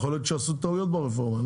יכול להיות שעשו טעויות ברפורמה,